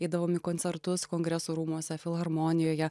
eidavom į koncertus kongresų rūmuose filharmonijoje